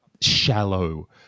shallow